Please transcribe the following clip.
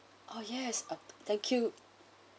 oh yes thank you